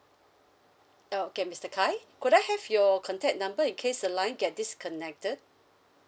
oh okay mister kai could I have your contact number in case the line get disconnected